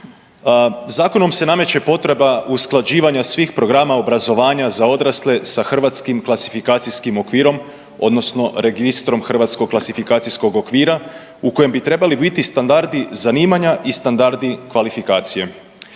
zakonom se nameće potreba usklađivanja svih programa obrazovanja za odrasle sa Hrvatskim kvalifikacijskim okvirom odnosno Registrom hrvatskog kvalifikacijskog okvira u kojem bi trebali biti standardi i zanimanja i standardi kvalifikacije.